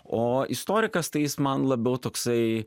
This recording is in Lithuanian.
o istorikas tai jis man labiau toksai